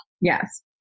Yes